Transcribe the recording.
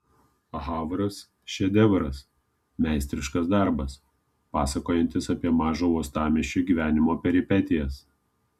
havras šedevras meistriškas darbas pasakojantis apie mažo uostamiesčio gyvenimo peripetijas